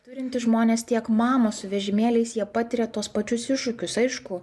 turintys žmonės tiek mamos su vežimėliais jie patiria tuos pačius iššūkius aišku